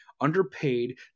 underpaid